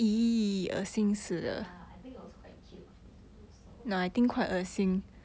ya I think it was quite cute of me to do so